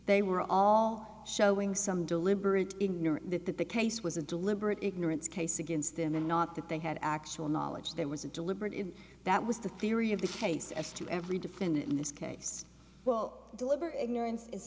they were all showing some deliberate in that that the case was a deliberate ignorance case against them and not that they had actual knowledge there was a deliberate in that was the theory of the case as to every defendant in this case well deliberate ignorance is